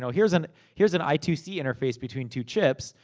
so here's an here's an i two c interface between two chips,